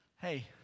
Hey